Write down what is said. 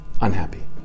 unhappy